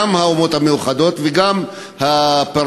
גם האומות המאוחדות וגם הפרלמנטים,